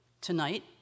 Tonight